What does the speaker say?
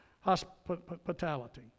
hospitality